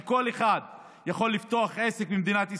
שכל אחד יכול לפתוח עסק במדינת ישראל,